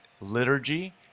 liturgy